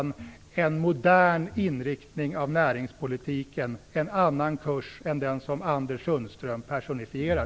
Vi behöver en modern inriktning av näringspolitiken och en annan kurs än den som Anders Sundström personifierar.